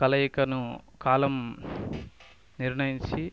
కలయికను కాలం నిర్ణయించి